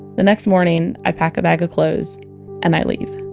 the next morning, i pack a bag of clothes and i leave